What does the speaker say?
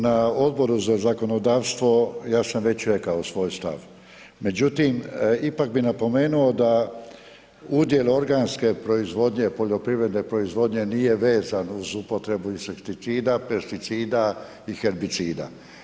Na Odboru za zakonodavstvo ja sam već rekao svoj stav, međutim, ipak bi napomenuo da udjel organske proizvodnje, poljoprivredne proizvodnje nije vezan uz upotrebu insekticida, pesticida i herbicida.